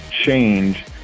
change